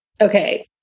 Okay